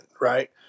right